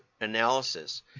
analysis